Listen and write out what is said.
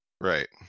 Right